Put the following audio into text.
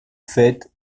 fêtes